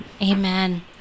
Amen